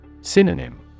Synonym